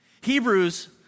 Hebrews